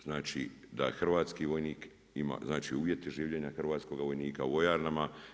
Znači da hrvatski vojnik ima, znači uvjeti života hrvatskoga vojnika u vojarnama.